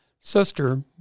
sister